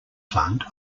plant